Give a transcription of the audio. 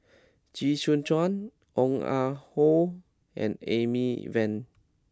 Chee Soon Juan Ong Ah Hoi and Amy Van